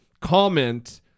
comment